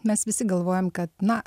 mes visi galvojam kad na